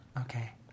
Okay